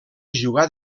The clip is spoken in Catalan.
jugar